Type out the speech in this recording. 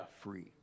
free